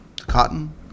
cotton